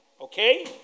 Okay